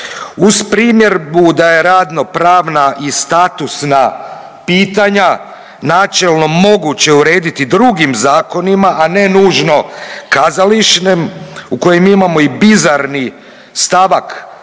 Uz primjedbu da je radnopravna i statusna pitanja načelno moguće urediti drugim zakonima, a ne nužno kazališnim, u kojem imamo i bizarni st.